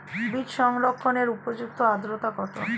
বীজ সংরক্ষণের উপযুক্ত আদ্রতা কত?